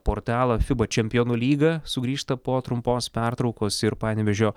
portalą fiba čempionų lyga sugrįžta po trumpos pertraukos ir panevėžio